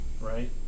Right